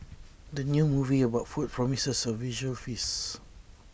the new movie about food promises A visual feasts